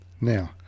Now